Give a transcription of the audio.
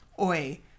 Oi